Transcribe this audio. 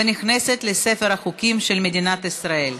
ונכנסת לספר החוקים של מדינת ישראל.